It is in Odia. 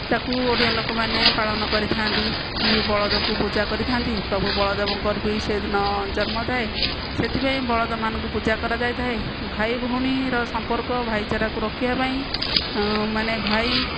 ତାକୁ ଓଡ଼ିଆ ଲୋକମାନେ ପାଳନ କରିଥାନ୍ତି କି ବଳଦକୁ ପୂଜା କରିଥାନ୍ତି ପ୍ରଭୁ ବଳଦେଙ୍କର ବି ସେଇଦିନ ଜନ୍ମ ଥାଏ ସେଥିପାଇଁ ବଳଦମାନଙ୍କୁ ପୂଜା କରାଯାଇଥାଏ ଭାଇ ଭଉଣୀର ସମ୍ପର୍କ ଭାଇଚାରାକୁ ରଖିବାପାଇଁ ମାନେ ଭାଇ